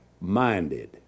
minded